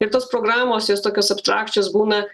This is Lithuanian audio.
ir tos programos jos tokios abstrakčios būna